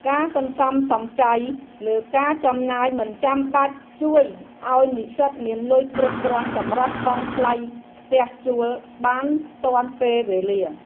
ការសន្សំសំចៃលើការចំណាយមិនចាំបាច់ ជួយឱ្យនិស្សិតមានលុយគ្រប់គ្រាន់សម្រាប់បង់ថ្លៃផ្ទះជួលបានទាន់ពេលវេលា។